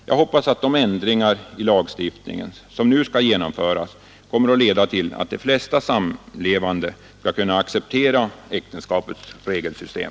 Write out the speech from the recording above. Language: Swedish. Jag hoppas att de ändringar i lagstiftningen som nu skall genomföras kommer att leda till att de flesta samlevande skall kunna acceptera äktenskapets regelsystem.